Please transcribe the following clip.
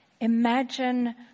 Imagine